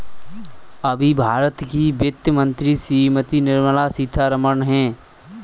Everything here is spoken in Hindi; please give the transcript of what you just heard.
अभी भारत की वित्त मंत्री श्रीमती निर्मला सीथारमन हैं